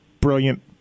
brilliant